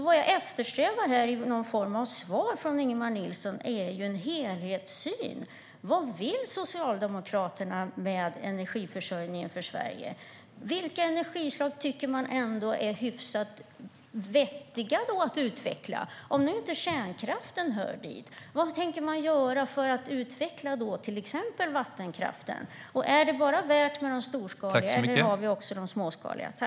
Vad jag eftersträvar här som någon form av svar från Ingemar Nilsson är en helhetssyn. Vad vill Socialdemokraterna med energiförsörjningen för Sverige? Vilka energislag tycker man ändå är hyfsat vettiga att utveckla? Om nu inte kärnkraften hör dit, vad tänker man göra för att utveckla till exempel vattenkraften? Är det bara värt med de storskaliga, eller har vi också de småskaliga?